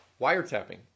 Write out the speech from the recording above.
wiretapping